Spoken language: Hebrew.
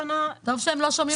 טוב שהם לא שומעים אותך.